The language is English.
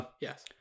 yes